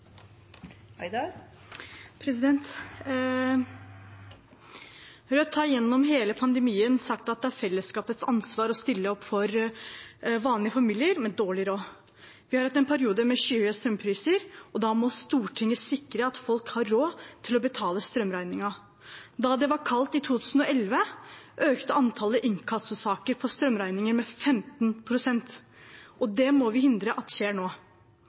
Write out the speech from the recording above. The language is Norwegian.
fellesskapets ansvar å stille opp for vanlige familier med dårlig råd. Vi har hatt en periode med skyhøye strømpriser, og da må Stortinget sikre at folk har råd til å betale strømregningen. Da det var kaldt i 2011, økte antallet inkassosaker for strømregninger med 15 pst., og det må vi hindre skjer nå.